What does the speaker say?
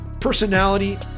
personality